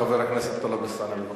חבר הכנסת טלב אלסאנע, בבקשה,